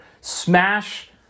smash